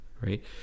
right